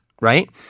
right